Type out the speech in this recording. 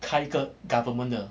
开个 government 的